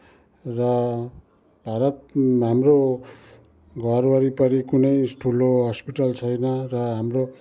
र भारत हाम्रो घर वरिपरि कुनै ठुलो हस्पिटल छैन र हाम्रो